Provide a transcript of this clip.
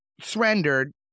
surrendered